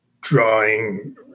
drawing